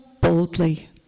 boldly